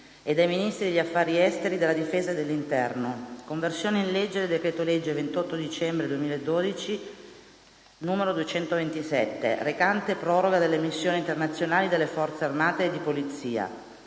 e dai Ministri degli affari esteri, della difesa e dell' interno*: «Conversione in legge del decreto-legge 28 dicembre 2012, n. 227, recante proroga delle missioni internazionali delle Forze armate e di polizia,